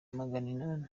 maganinani